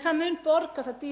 saman við, ekki neinu þeirra.